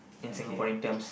okay